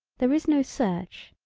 there is no search.